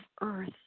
earth